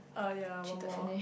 uh ya one more